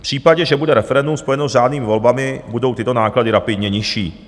V případě, že bude referendum spojeno s řádnými volbami, budou tyto náklady rapidně nižší.